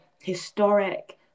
historic